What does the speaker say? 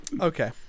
Okay